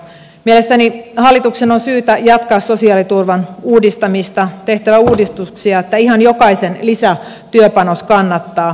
mielestäni hallituksen on syytä jatkaa sosiaaliturvan uudistamista tehtävä uudistuksia että ihan jokaisen lisätyöpanos kannattaa